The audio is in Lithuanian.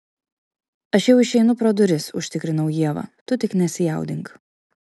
aš jau išeinu pro duris užtikrinau ievą tu tik nesijaudink